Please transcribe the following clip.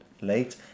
late